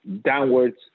downwards